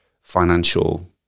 financial